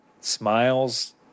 smiles